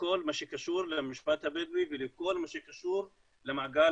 מכל מה שקשור למשפט הבדואי ומכל מה שקשור למעגל